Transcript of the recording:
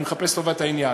אני מחפש את טובת העניין.